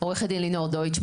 עו"ד לינור דויטש,